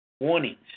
Warnings